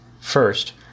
First